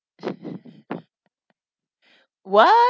what